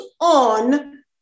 on